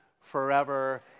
forever